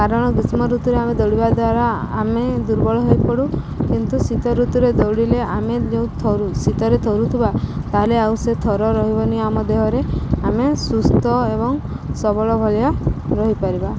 କାରଣ ଗ୍ରୀଷ୍ମ ଋତୁରେ ଆମେ ଦୌଡ଼ିବା ଦ୍ୱାରା ଆମେ ଦୁର୍ବଳ ହେଇପଡ଼ୁ କିନ୍ତୁ ଶୀତ ଋତୁରେ ଦୌଡ଼ିଲେ ଆମେ ଯେଉଁ ଥରୁ ଶୀତରେ ଥରୁଥିବା ତା'ହେଲେ ଆଉ ସେ ଥର ରହିବନି ଆମ ଦେହରେ ଆମେ ସୁସ୍ଥ ଏବଂ ସବଳ ଭଳିଆ ରହିପାରିବା